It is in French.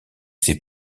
ces